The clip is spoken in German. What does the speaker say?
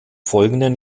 folgenden